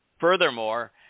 Furthermore